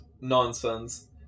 nonsense